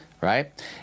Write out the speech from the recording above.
right